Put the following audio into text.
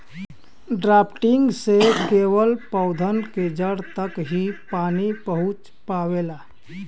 drafting से केवल पौधन के जड़ तक ही पानी पहुँच पावेला